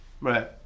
Right